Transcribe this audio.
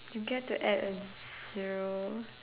you get to add a zero